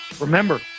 Remember